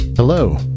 Hello